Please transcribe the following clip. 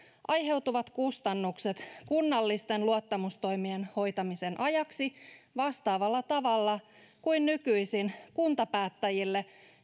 aiheutuvat kustannukset kunnallisten luottamustoimien hoitamisen ajaksi vastaavalla tavalla kuin nykyisin kuntapäättäjille